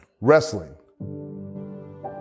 Wrestling